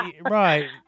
right